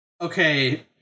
Okay